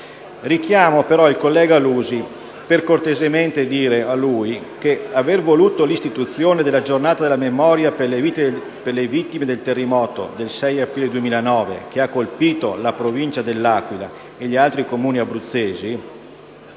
Richiamo però il collega Lusi per sottolineare che il fatto di aver voluto l'istituzione della Giornata della memoria per le vittime del terremoto del 6 aprile 2009, che ha colpito la provincia dell'Aquila e gli altri Comuni abruzzesi,